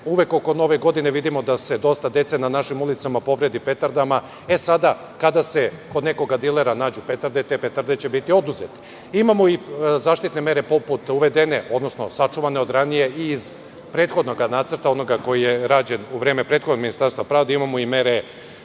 Uvek oko Nove godine vidimo dosta dece na našem ulicama povredi petardama. Sada, kada se kod nekog dilera nađu petarde, te petarde će biti oduzete. Imamo i zaštitne mere poput uvedene, odnosno sačuvane od ranije i iz prethodnog nacrta onog koji je rađen u vreme prethodnog Ministarstva pravde, imamo i mere